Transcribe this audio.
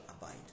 abide